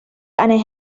eine